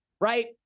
right